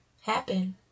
happen